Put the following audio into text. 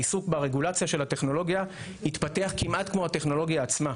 העיסוק ברגולציה של הטכנולוגיה התפתח כמעט כמו הטכנולוגיה עצמה.